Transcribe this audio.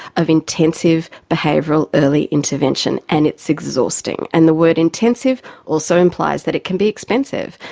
of intensive behavioural early intervention. and it's exhausting. and the word intensive also implies that it can be expensive.